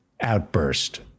outburst